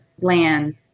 lands